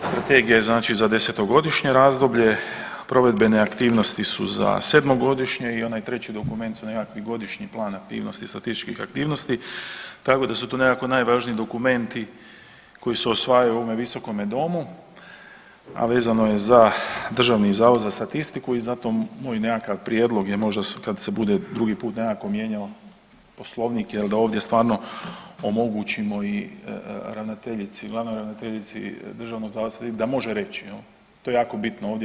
Strategija je znači za desetogodišnje razdoblje, provedbene aktivnosti su za sedmogodišnje i onaj treći dokument su nekakvi godišnji plan aktivnosti statističkih aktivnosti tako da su to nekako najvažniji dokumenti koji se usvajaju u ovome Visokome domu, a vezano je za Državni zavod za statistiku i zato, moj nekakav prijedlog je možda kad se bude drugi put nekakvo mijenjao poslovnik jel da ovdje stvarno omogućimo i ravnateljici, glavnoj ravnateljici Državnog zavoda za statistiku da može reći, to je jako bitno ovdje.